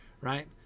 right